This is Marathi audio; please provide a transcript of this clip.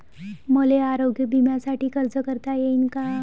मले आरोग्य बिम्यासाठी अर्ज करता येईन का?